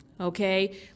Okay